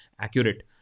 accurate